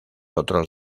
otros